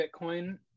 Bitcoin